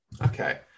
Okay